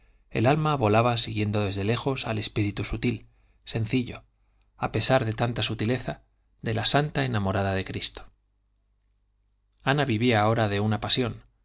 el alma volaba siguiendo desde lejos al espíritu sutil sencillo a pesar de tanta sutileza de la santa enamorada de cristo ana vivía ahora de una pasión